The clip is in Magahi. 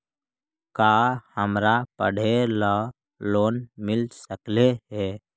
का हमरा पढ़े ल लोन मिल सकले हे?